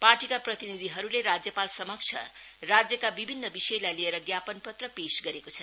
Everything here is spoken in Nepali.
पार्टीको प्रतिनिधिहरुले राज्यपालसमक्ष राज्यका विभिन्न विषयलाई लिएर ज्ञापनपत्र पेस गरेको छन्